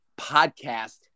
podcast